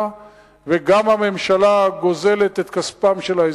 וגם הממשלה גוזלת את כספם של האזרחים.